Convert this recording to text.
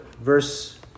verse